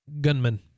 gunman